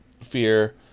fear